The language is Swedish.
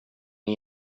med